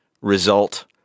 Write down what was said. result